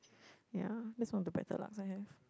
ya that's one of the better lucks I have